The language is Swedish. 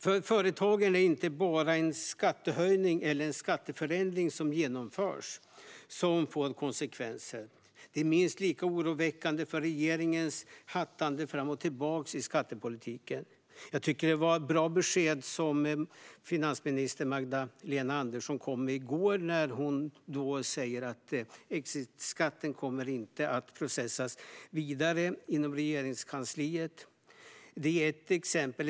För företagen är det inte bara den skattehöjning eller skatteförändring som genomförs som får konsekvenser. Det är minst lika oroväckande med regeringens hattande fram och tillbaka i skattepolitiken. Finansminister Magdalena Anderssons besked i går var bra. Hon sa då att exitskatten inte kommer att processas vidare inom Regeringskansliet. Det var ett exempel.